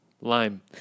Lime